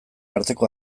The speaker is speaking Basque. arteko